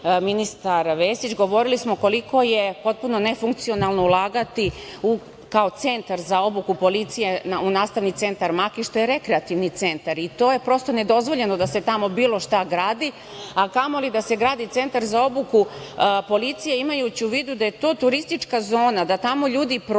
ministar Vesić, govorili smo koliko je potpuno nefunkcionalno ulagati, kao centar za obuku policije, u nastavni centar Makiš. To je rekreativni centar i to je prosto nedozvoljeno da se tamo bilo šta gradi, a kamoli da se gradi centar za obuku policije, imajući u vidu da je to turistička zona, da tamo ljudi prolaze,